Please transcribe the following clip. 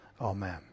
Amen